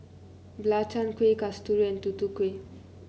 belacan Kueh Kasturi Tutu Kueh